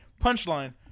Punchline